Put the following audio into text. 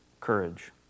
courage